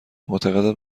معتقدم